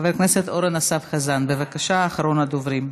חבר הכנסת אורן אסף חזן, בבקשה, אחרון הדוברים.